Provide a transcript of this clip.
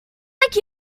like